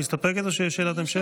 מסתפקת או שיש שאלת המשך?